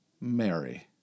Mary